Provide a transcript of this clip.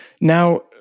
Now